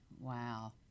wow